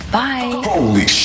bye